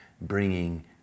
bringing